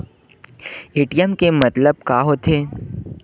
ATM के मतलब का होथे?